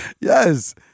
Yes